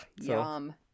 yum